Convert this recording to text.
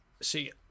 See